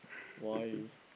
why